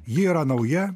ji yra nauja